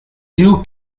deal